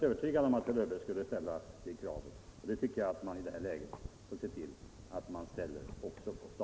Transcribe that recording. Jag tycker att man skall ställa det kravet också på staten.